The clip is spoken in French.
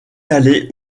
aller